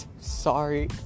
sorry